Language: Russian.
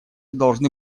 должны